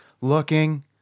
looking